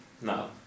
no